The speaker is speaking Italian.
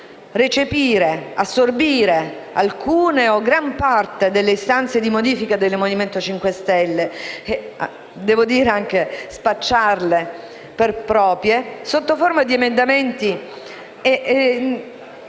recepire e assorbire alcune o gran parte delle istanze di modifica del Movimento 5 Stelle, anche spacciandole per proprie sotto forma di emendamenti della